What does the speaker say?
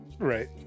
Right